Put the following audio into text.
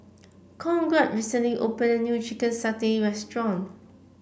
Conrad recently opened a new Chicken Satay Restaurant